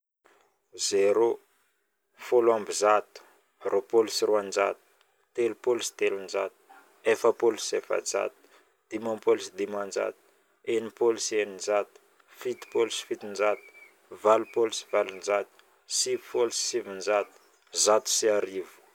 Zéro, folo amby zato, roapolo sy roanjato, telopolo sy telonjato, efapolo sy efajato, dimampolo sy dimanjato, enimpolo sy eninjato, fitopolo sy fitonjato, valopolo sy valonjato, sivifolo sy sivinjato, zato sy arivo.